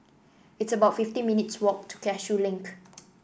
It's about fifty minutes' walk to Cashew Link